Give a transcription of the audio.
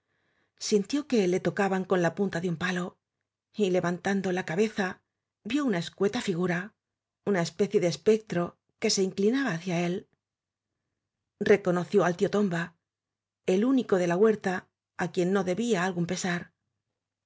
sintió que le tocaban con la punta de un palo y levantando la cabeza vió una escueta figura una especie de espectro que se inclinaba hacia él reconoció al tío tomba el único de la huerta á quien no debía algún pesar